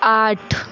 आठ